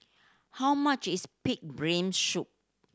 how much is pig brain soup